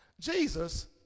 Jesus